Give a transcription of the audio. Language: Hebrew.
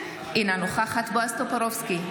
אינה נוכחת בועז טופורובסקי,